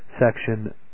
Section